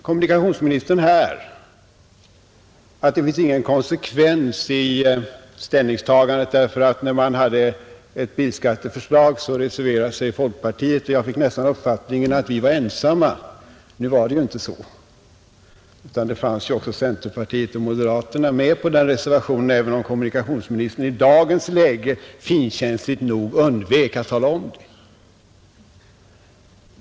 Kommunikationsministern säger att det inte finns någon konsekvens i ställningstagandet, därför att folkpartiet reserverade sig mot ett bilskatteförslag — man fick nästan uppfattningen att vi var ensamma. Nu var det emellertid inte så, utan också centerpartiet och moderaterna fanns med på den reservationen, även om kommunikationsministern i dagens läge finkänsligt nog undvek att tala om det.